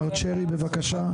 מר צ'רי, בבקשה.